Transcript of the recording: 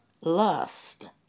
lust